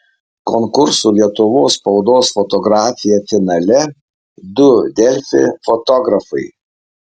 konkurso lietuvos spaudos fotografija finale du delfi fotografai